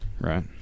right